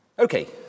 Okay